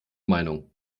meinung